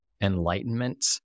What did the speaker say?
enlightenment